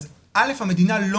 אז המדינה לא